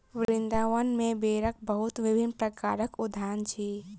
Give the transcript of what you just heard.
वृन्दावन में बेरक बहुत विभिन्न प्रकारक उद्यान अछि